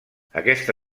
aquesta